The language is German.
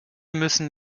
müssen